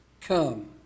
come